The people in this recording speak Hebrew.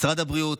משרד הבריאות,